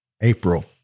april